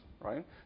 right